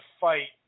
fight